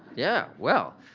yeah well,